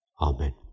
amen